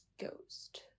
ghost